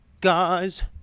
Guys